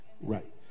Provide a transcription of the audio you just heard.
Right